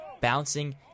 bouncing